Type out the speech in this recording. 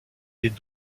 des